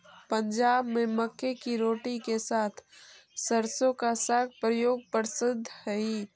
पंजाब में मक्के की रोटी के साथ सरसों का साग का प्रयोग प्रसिद्ध हई